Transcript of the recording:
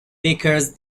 vickers